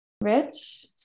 Rich